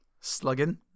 slugging